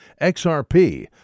XRP